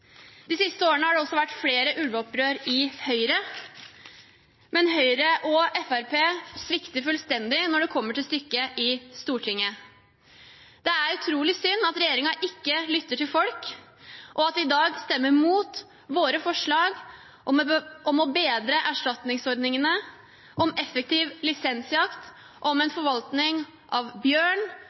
De siste årene har det også vært flere ulveopprør i Høyre, men Høyre og Fremskrittspartiet svikter fullstendig når det kommer til stykket, i Stortinget. Det er utrolig synd at regjeringen ikke lytter til folk, og at de i dag stemmer mot våre forslag om å bedre erstatningsordningene, om effektiv lisensjakt og om en forvaltning av bjørn,